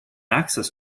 access